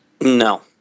No